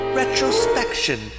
retrospection